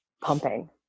pumping